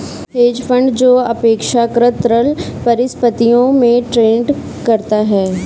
hedge fund जो अपेक्षाकृत तरल परिसंपत्तियों में ट्रेड करता है